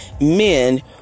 men